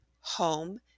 home